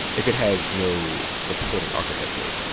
if it has no supporting architecture,